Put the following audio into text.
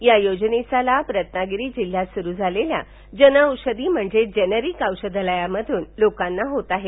या योजनेचा लाभ रवागिरी जिल्ह्यात सुरू झालेल्या जन औषधी म्हणजेच बेनेरिक अीषधालयांमधून लोकांना होत आहे